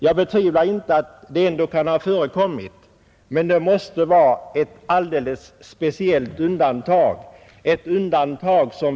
Jag betvivlar inte att det ändå kan ha förekommit, men det måste vara alldeles speciella undantag.